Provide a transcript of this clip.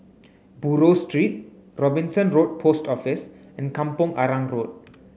Buroh Street Robinson Road Post Office and Kampong Arang Road